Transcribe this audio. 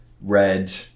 red